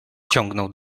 ciągnął